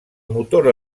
motor